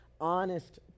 honest